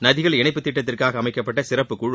நதிகள் இணைப்பு திட்டத்திற்காக அமைக்கப்பட்ட சிறப்புக்குழு